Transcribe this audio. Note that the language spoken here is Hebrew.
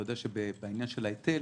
אתה יודע שבעניין של ההיטל,